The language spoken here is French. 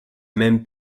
même